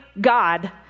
God